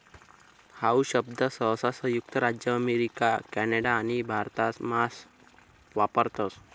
how शब्द सहसा संयुक्त राज्य अमेरिका कॅनडा आणि भारतमाच वापरतस